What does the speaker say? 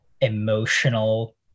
emotional